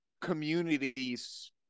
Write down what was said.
communities